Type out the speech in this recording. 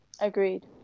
agreed